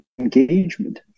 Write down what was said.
engagement